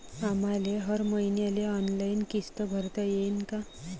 आम्हाले हर मईन्याले ऑनलाईन किस्त भरता येईन का?